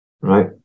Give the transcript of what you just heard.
Right